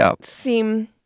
seem